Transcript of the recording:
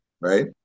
right